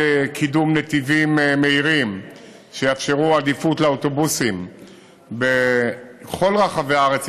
קידום נתיבים מהירים שיאפשרו עדיפות לאוטובוסים בכל רחבי הארץ,